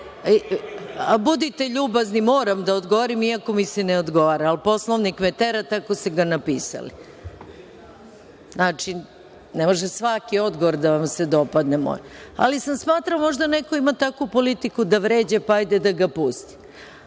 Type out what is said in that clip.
ljubazni, moram da odgovorim iako mi se ne odgovara, ali Poslovnik me tera. Tako ste ga napisali. Znači, ne može svaki moj odgovor da vam se dopadne, ali sam smatrala da možda neko ima takvu politiku da vređa, pa hajde da ga pustim.